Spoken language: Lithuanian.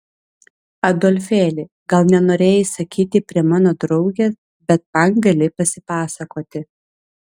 adolfėli gal nenorėjai sakyti prie mano draugės bet man gali pasipasakoti